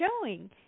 showing